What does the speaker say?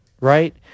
right